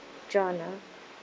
john ah